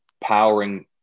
powering